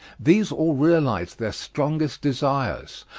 these all realized their strongest desires.